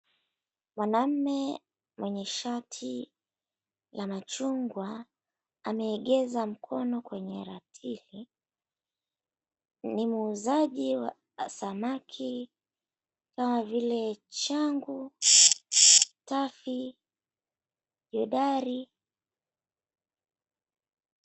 Mwanamume mwenye shati ya machungwa ameegeza mkono kwenye ratili, ni muuzaji wa samaki kama vile changu, tafi, jedari.